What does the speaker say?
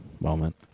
moment